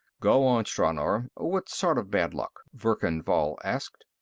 go on, stranor what sort of bad luck? verkan vall asked.